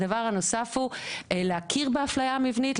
הדבר הנוסף הוא להכיר באפליה המבנית,